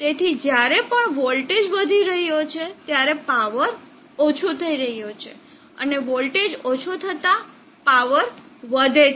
તેથી જ્યારે પણ વોલ્ટેજ વધી રહ્યો છે ત્યારે પાવર ઓછો થઈ રહ્યો છે અને વોલ્ટેજ ઓછો થતા પાવર વધે છે